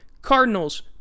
Cardinals